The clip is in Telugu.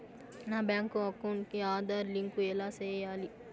నా బ్యాంకు అకౌంట్ కి ఆధార్ లింకు ఎలా సేయాలి